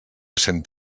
cent